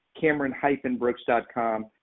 Cameron-Brooks.com